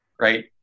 Right